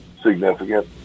significant